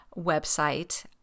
website